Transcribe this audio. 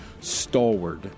stalwart